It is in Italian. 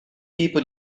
tipo